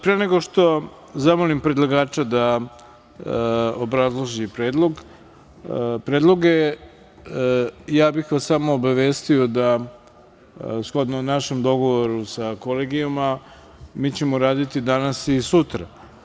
Pre nego što zamolim predlagača da obrazloži predloge ja bih vas samo obavestio, shodno našem dogovoru sa Kolegijuma, da ćemo mi raditi danas i sutra.